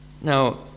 Now